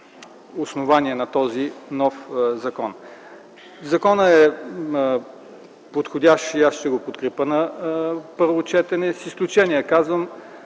основания на този нов закон. Законопроектът е подходящ и аз ще го подкрепя на първо четене, с изключение на тази